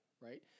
right